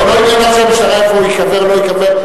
זה לא עניינה של המשטרה איפה הוא ייקבר או לא ייקבר.